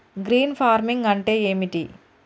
Green farming అంటే ఏమిటి?